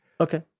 Okay